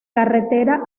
carretera